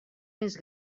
més